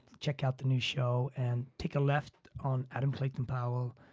check out the new show, and take a left on adam clayton powell.